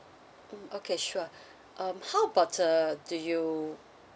mm okay sure um how about uh do you